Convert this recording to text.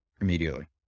immediately